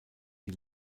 die